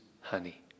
honey